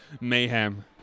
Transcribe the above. mayhem